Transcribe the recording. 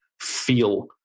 feel